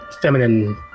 feminine